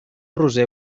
roser